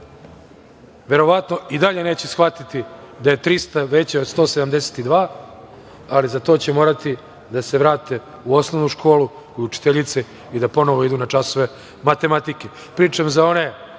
verovatno i dalje neće shvatiti da je 300 veće od 172, ali za to će morati da se vrate u osnovnu školu kod učiteljice i da ponovo idu na časove matematike. Pričam za one